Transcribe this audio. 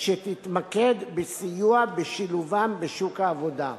והתוכנית תתמקד בסיוע בשילובם בשוק העבודה.